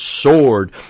sword